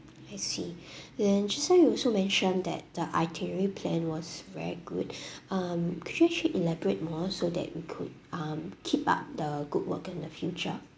I see then just now you also mentioned that the itinerary plan was very good um could you actually elaborate more so that we could um keep up the good work in the future